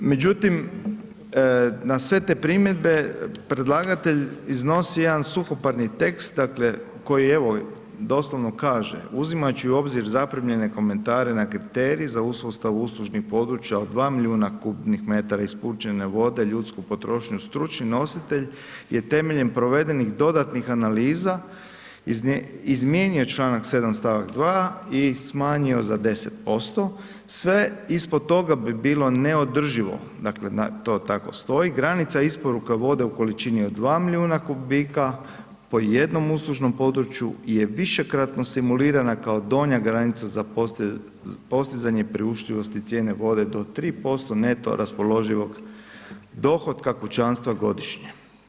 Međutim na sve te primjedbe predlagatelj iznosi jedan suhoparni tekst, dakle, koji evo doslovno kaže, uzimat ću i u obzir zaprimljene komentare na kriterij za uspostavu uslužnih područja od dva milijuna kubnih metara isporučene vode, ljudsku potrošnju, stručni nositelj je temeljem provedenih dodatnih analiza izmijenio članak 7. stavak 2., i smanjio za 10%, sve ispod toga bi bilo neodrživo, dakle to tako stoji, granica isporuka vode u količini od dva milijuna kubika po jednom uslužnom području je višekratno simulirana kao donja granica za postizanje priuštivosti cijene vode do 3% neto raspoloživog dohotka kućanstva godišnje.